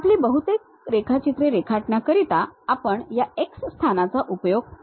आपली बहुतेक रेखाचित्रे रेखाटण्याकरिता आपण या X स्थानाचा उपयोग करतो